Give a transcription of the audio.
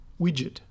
widget